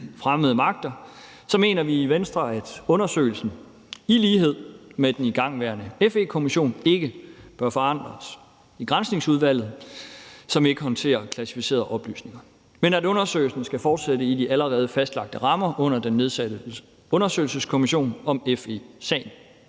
fremmede magter, mener vi i Venstre, at undersøgelsen i lighed med den igangværende FE-kommissionsundersøgelse ikke bør forankres i Granskningsudvalget, som ikke håndterer klassificerede oplysninger, men at undersøgelsen skal fortsætte i de allerede fastlagte rammer under den nedsatte undersøgelseskommission om FE-sagen.